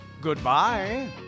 Goodbye